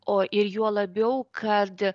o ir juo labiau kad